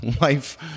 life